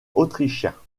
autrichiens